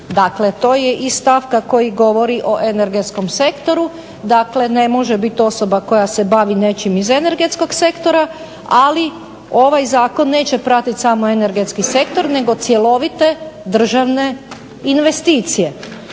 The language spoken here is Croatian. Dakle, to je iz stavka koji govori o energetskom sektoru. Dakle, ne može biti osoba koja se bavi nečim iz energetskog sektora, ali ovaj zakon neće pratiti samo energetski sektor nego cjelovite državne investicije.